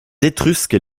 étrusques